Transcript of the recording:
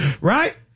Right